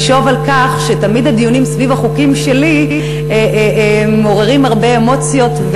משוב על כך שתמיד הדיונים סביב החוקים שלי מעוררים הרבה אמוציות.